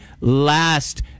last